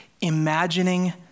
imagining